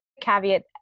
caveat